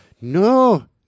no